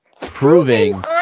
Proving